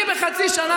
אני ------- בחצי שנה,